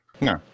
No